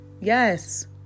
yes